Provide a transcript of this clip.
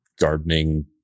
gardening